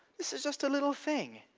this is just a little thing.